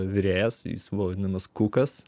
virėjas jis buvo vadinamas kukas